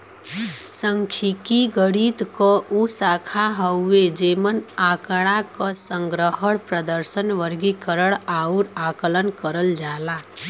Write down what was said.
सांख्यिकी गणित क उ शाखा हउवे जेमन आँकड़ा क संग्रहण, प्रदर्शन, वर्गीकरण आउर आकलन करल जाला